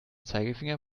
zeigefinger